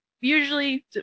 usually